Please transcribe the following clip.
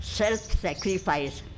self-sacrifice